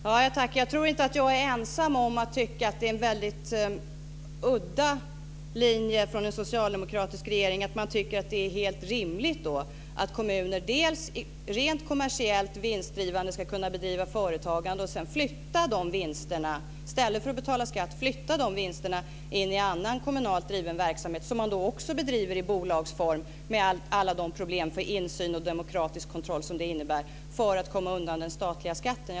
Fru talman! Jag tror inte att jag är ensam om att tycka att det är en väldigt udda linje från en socialdemokratisk regering att tycka att det är helt rimligt att kommuner rent kommersiellt och vinstdrivande ska kunna bedriva företagande och sedan, i stället för att betala skatt, flytta vinsterna in i annan kommunalt driven verksamhet, som kommunerna också driver i bolagsform med alla de problem som det innebär i fråga om insyn och demokratisk kontroll, för att komma undan den statliga skatten.